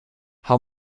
how